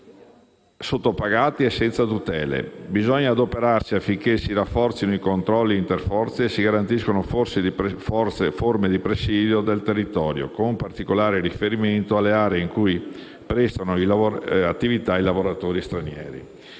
sottopagati e senza tutele: bisogna adoperarsi affinché si rafforzino i controlli interforze e si garantiscano forme di presidio del territorio, con particolare riferimento alle aree in cui prestano attività i lavoratori stranieri;